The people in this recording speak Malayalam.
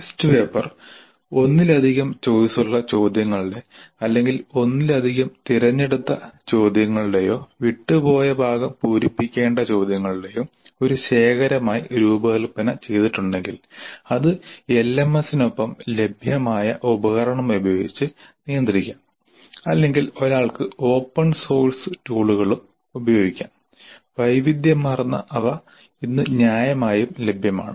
ടെസ്റ്റ് പേപ്പർ ഒന്നിലധികം ചോയ്സ് ഉള്ള ചോദ്യങ്ങളുടെ അല്ലെങ്കിൽ ഒന്നിലധികം തിരഞ്ഞെടുത്ത ചോദ്യങ്ങളുടെയോ വിട്ടുപോയ ഭാഗം പൂരിപ്പിക്കേണ്ട ചോദ്യങ്ങളുടെയോ ഒരു ശേഖരമായി രൂപകൽപ്പന ചെയ്തിട്ടുണ്ടെങ്കിൽ അത് എൽഎംഎസിനൊപ്പം ലഭ്യമായ ഉപകരണം ഉപയോഗിച്ച് നിയന്ത്രിക്കാം അല്ലെങ്കിൽ ഒരാൾക്ക് ഓപ്പൺ സോഴ്സ് ടൂളുകളും ഉപയോഗിക്കാം വൈവിധ്യമാർന്ന അവ ഇന്ന് ന്യായമായും ലഭ്യമാണ്